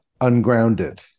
ungrounded